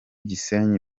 gisenyi